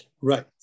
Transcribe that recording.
Right